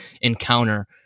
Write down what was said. encounter